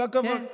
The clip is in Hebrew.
כל הכבוד.